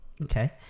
Okay